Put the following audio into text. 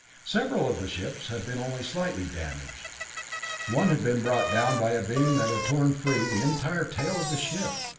several of the ships had been only slightly damaged one had been brought down by a beam that had torn free the entire tail of the ship,